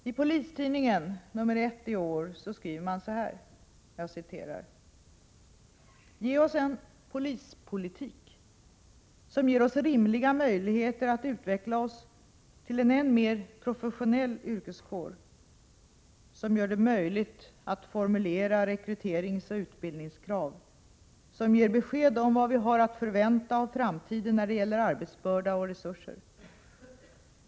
I Polistidningen, nr 1 i år, skriver man så här: ”Ge oss en polispolitik som ger oss rimliga möjligheter att utveckla oss till en än mer professionell yrkeskår, som gör det möjligt att formulera rekryteringsoch utbildningskrav, som ger besked om vad vi har att förvänta av framtiden när det gäller arbetsbörda-resurser.